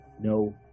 No